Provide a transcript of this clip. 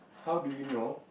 how do you know